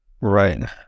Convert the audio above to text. Right